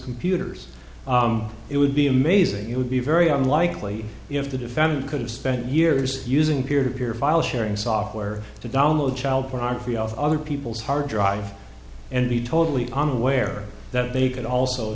computers it would be amazing it would be very unlikely if the defendant could have spent years using peer to peer file sharing software to download child pornography of other people's hard drive and be totally unaware that they could also